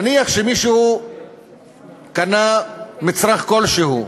נניח שמישהו קנה מצרך כלשהו,